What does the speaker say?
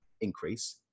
increase